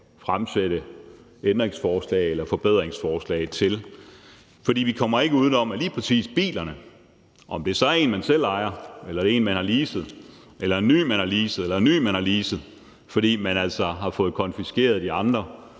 fremsætte ændringsforslag eller forbedringsforslag til. For vi kommer ikke uden om, at lige præcis bilerne – om det så er en, man selv ejer, eller en, man har leaset, eller en ny, man har leaset, eller en ny igen, man har leaset, fordi man altså har fået konfiskeret de andre